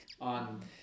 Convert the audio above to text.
on